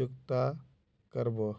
चुकता करबो?